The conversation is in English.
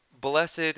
blessed